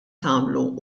tagħmlu